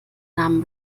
namen